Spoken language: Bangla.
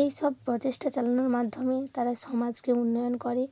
এই সব প্রচেষ্টা চালানোর মাধ্যমে তারা সমাজকে উন্নয়ন করে